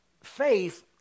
Faith